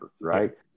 right